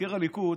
מבקר הליכוד